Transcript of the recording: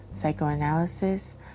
psychoanalysis